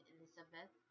Elizabeth